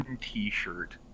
t-shirt